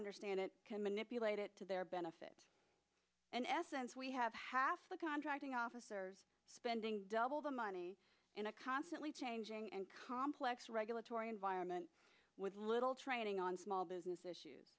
understand it can manipulate it to their benefit in essence we have half the contracting officer spending double the money in a constantly changing and complex regulatory environment with little training on small business